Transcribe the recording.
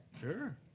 Sure